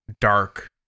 dark